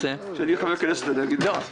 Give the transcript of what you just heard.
כשאני אהיה חבר כנסת, אני אגיד לך.